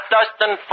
Dustin